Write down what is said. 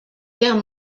guerre